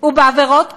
ובעבירות קנס,